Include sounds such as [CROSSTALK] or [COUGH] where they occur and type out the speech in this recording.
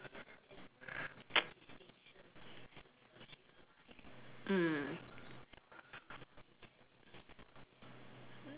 [NOISE] mm